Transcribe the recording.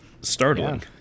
startling